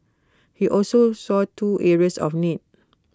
he also saw two areas of need